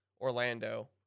Orlando